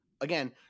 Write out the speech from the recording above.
again